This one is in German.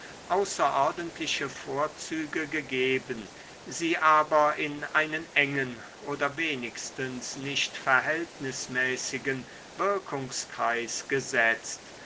außerordentliche vorzüge gegeben sie aber in einen engen oder wenigstens nicht verhältnismäßigen wirkungskreis gesetzt